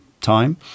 time